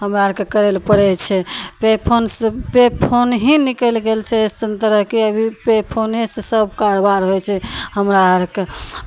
हमरा आरकेँ करय लए पड़ै छै पे फोनसँ पे फोन ही निकलि गेल छै अइसन तरहके अभी पे फोनेसँ सभ कारबार होइ छै हमरा आरकेँ